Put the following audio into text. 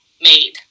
made